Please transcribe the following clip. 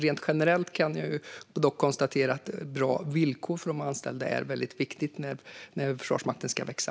Rent generellt kan jag dock konstatera att bra villkor för de anställda är väldigt viktigt när Försvarsmakten ska växa.